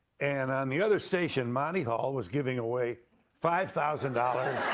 and on the other station, monty hall was giving away five thousand dollars